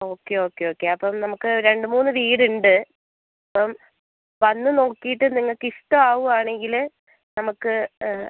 okay okay okay അപ്പം നമുക്ക് രണ്ട് മൂന്ന് വീട് ഉണ്ട് അപ്പം വന്ന് നോക്കിയിട്ട് നിങ്ങൾക്ക് ഇഷ്ടം ആവുകയാണെങ്കിൽ നമുക്ക്